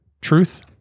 truth